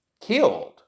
killed